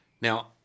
Now